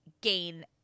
gain